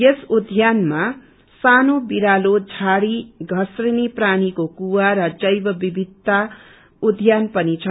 यस उध्यानमा सानो बिरालो झाड़ी घसनीले प्राणीको कुवा र जैवबिबिदता उध्यान पनि छन्